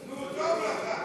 טוב לך, טוב לך.